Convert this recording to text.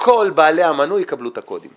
- כל בעלי המנוי יקבלו את הקודים